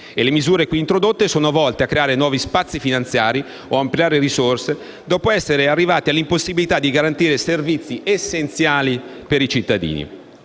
Le misure qui introdotte sono volte a creare nuovi spazi finanziari o ampliare risorse, dopo essere arrivati all'impossibilità di garantire servizi essenziali ai cittadini.